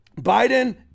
Biden